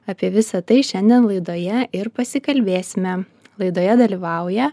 apie visa tai šiandien laidoje ir pasikalbėsime laidoje dalyvauja